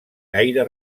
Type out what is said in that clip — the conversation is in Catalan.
gaire